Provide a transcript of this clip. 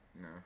No